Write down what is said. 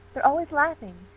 they're always laughing.